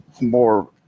more